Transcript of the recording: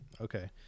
Okay